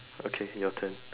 okay your turn